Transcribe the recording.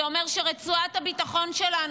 זה אומר שרצועת הביטחון שלנו,